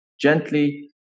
Gently